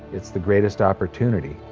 it's the greatest opportunity.